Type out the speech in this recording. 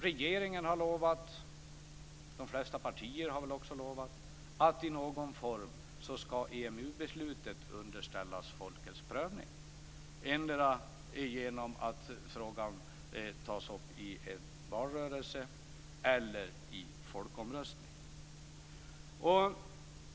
Regeringen, och även de flesta partier, har lovat att EMU-beslutet i någon form skall underställas folkets prövning, endera genom att frågan tas upp i en valrörelse eller genom en folkomröstning.